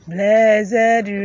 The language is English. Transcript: Blessed